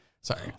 Sorry